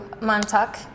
Montauk